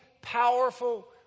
powerful